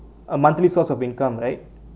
a monthly source of income right